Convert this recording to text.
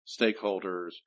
stakeholders